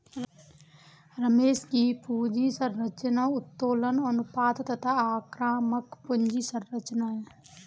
रमेश की पूंजी संरचना उत्तोलन अनुपात तथा आक्रामक पूंजी संरचना है